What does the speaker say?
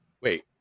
Wait